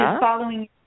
following